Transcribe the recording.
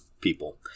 people